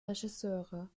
regisseure